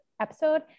episode